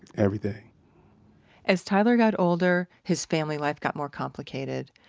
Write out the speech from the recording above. everything as tyler got older, his family life got more complicated.